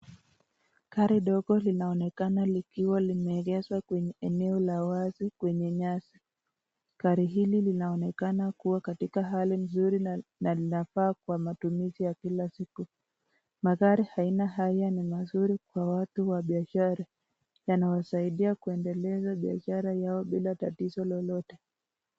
Gari dogo linaonekana likiwa limeegeshwa kwenye eneo la wazi lenye nyazi. Gari hili linaonekana kuwa katika hali nzuri na linafaha kwa matumizi ya kila siku. Magari haina haya ni mazuri kwa watu wa biashara, yanawasaidia kuendeleza biashara Yao bila tatizo lolote.